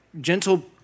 gentle